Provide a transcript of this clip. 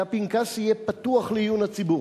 והפנקס יהיה פתוח לעיון הציבור,